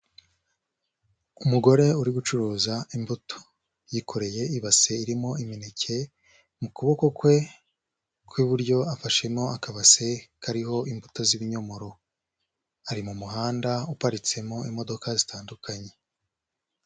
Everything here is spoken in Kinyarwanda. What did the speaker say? Umugore uri gucuruza imbuto, yikoreye ibase irimo imineke mu kuboko kwe kw'iburyo afashemo akabase kariho imbuto z'ibinyomoro, ari mu muhanda uparitsemo imodoka zitandukanye.